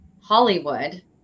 Hollywood